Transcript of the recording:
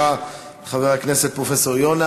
תודה רבה לך, חבר הכנסת פרופסור יונה.